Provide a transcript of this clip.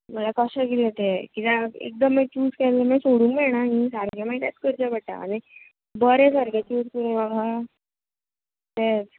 म्हळ्याक कशें कितें तें कित्याक एकदां मागीर च्युज केलें की सोडूंक मेळना न्ही सारकें मागीर तेंच करचें पडटा बरें सारकें च्युज करपाक नाका तेंच